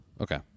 Okay